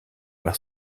par